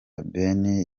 ben